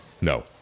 No